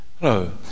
Hello